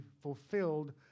fulfilled